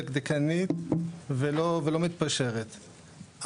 דקדקנית ולא מתפשרת.